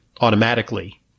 automatically